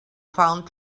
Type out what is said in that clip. found